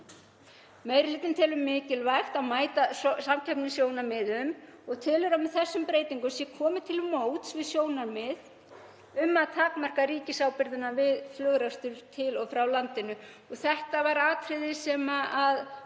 Meiri hlutinn telur mikilvægt að mæta samkeppnissjónarmiðum og telur að með þessum breytingum sé komið til móts við sjónarmið um að takmarka ríkisábyrgðina við flugrekstur til og frá landinu. Það var atriði sem